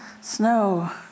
Snow